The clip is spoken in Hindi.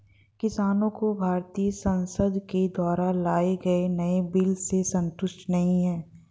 किसानों को भारतीय संसद के द्वारा लाए गए नए बिल से संतुष्टि नहीं है